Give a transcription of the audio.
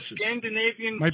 Scandinavian